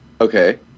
okay